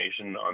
on